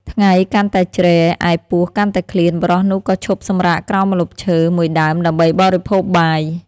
ថ្ងៃកាន់តែជ្រេ ឯពោះ កាន់តែឃ្លាន បុរសនោះក៏ឈប់សំរាកក្រោមម្លប់ឈើ មួយដើមដើម្បីបរិភោគបាយ ។